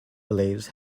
believes